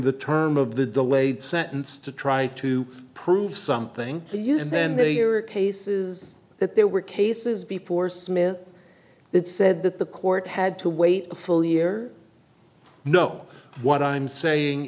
the term of the delayed sentence to try to prove something they used then they are cases that there were cases before smith that said that the court had to wait full year no what i'm saying